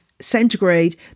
centigrade